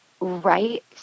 right